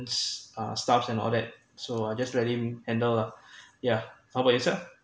it's uh stuff and all that so I just let him handle lah yeah how about yourself